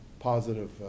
Positive